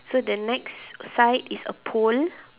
so the next side is a pole